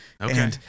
Okay